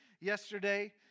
yesterday